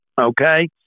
okay